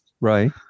Right